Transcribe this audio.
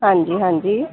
ਹਾਂਜੀ ਹਾਂਜੀ